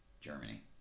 Germany